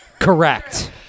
Correct